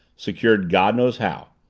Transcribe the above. secured god knows how.